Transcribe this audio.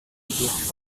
durch